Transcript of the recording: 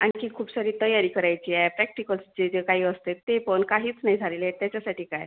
आणखी खूप सारी तयारी करायची आहे प्रॅक्टिकल्सचे जे काही असते ते पण काहीच नाही झालेले आहे त्याच्यासाठी काय